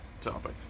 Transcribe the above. topic